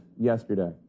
yesterday